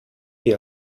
die